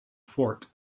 fort